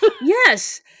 Yes